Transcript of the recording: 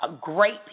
great